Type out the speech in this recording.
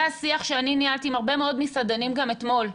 זה השיח שאני ניהלתי עם הרבה מאוד מסעדנים גם אתמול.